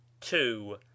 Two